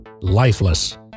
Lifeless